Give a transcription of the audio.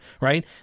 right